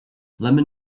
lemon